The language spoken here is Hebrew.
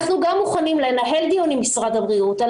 אנחנו גם מוכנים לנהל דיון עם משרד הבריאות על